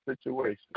situation